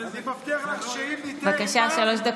אני מבטיח לך שאם ניתן, רק בגלל שזה